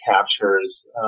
captures